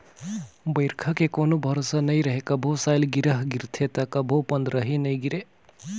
बइरखा के कोनो भरोसा नइ रहें, कभू सालगिरह गिरथे त कभू पंदरही नइ गिरे